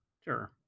sure